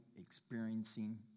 experiencing